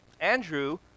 Andrew